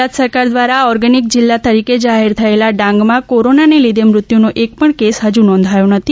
ગુજરાત સરકાર દ્વારા ઓર્ગેનિક જિલ્લા તરીકે જાહેર થયેલા ડાંગમાં કોરોનાને લીધે મૃત્યુનો એક પણ કેસ હજુ સુધી નોંધાયો નથી